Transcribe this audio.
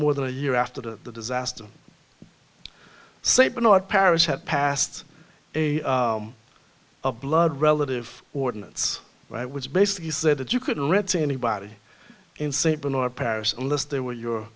more than a year after the disaster st bernard parish had passed a blood relative ordinance which basically said that you couldn't read to anybody in st bernard parish unless they were your